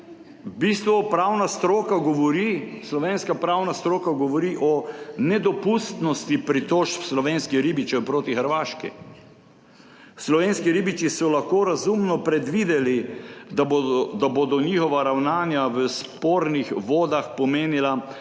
do države. V bistvu slovenska pravna stroka govori o nedopustnosti pritožb slovenskih ribičev proti Hrvaški. Slovenski ribiči so lahko razumno predvideli, da bodo njihova ravnanja v spornih vodah pomenila manjše